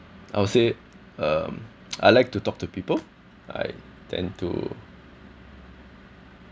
I would say um I like to talk to people I tend to